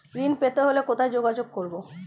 ঋণ পেতে হলে কোথায় যোগাযোগ করব?